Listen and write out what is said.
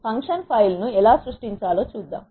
function file ను ఎలా సృష్టించాలో చూద్దాం